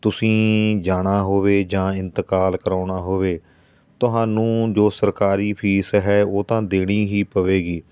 ਤੁਸੀਂ ਜਾਣਾ ਹੋਵੇ ਜਾਂ ਇੰਤਕਾਲ ਕਰਵਾਉਣਾ ਹੋਵੇ ਤੁਹਾਨੂੰ ਜੋ ਸਰਕਾਰੀ ਫੀਸ ਹੈ ਉਹ ਤਾਂ ਦੇਣੀ ਹੀ ਪਵੇਗੀ